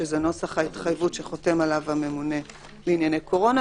שזה נוסח ההתחייבות שחותם עליו הממונה לענייני קורונה,